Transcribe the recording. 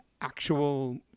actual